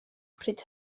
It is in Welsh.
pryd